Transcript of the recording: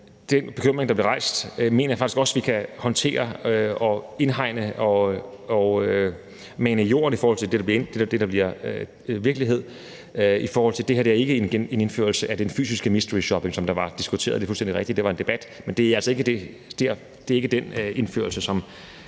Den bekymring, der blev udtrykt, mener jeg faktisk også vi kan håndtere og indhegne og mane i jorden i forhold til det, der bliver virkelighed. Det her er ikke en indførelse af den fysiske mysteryshopping, som der blev diskuteret. Det er fuldstændig rigtigt, det var til debat, men det er altså ikke den indførelse, som